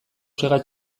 sega